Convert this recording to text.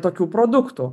tokių produktų